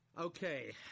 Okay